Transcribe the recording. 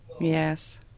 Yes